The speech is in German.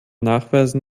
nachweisen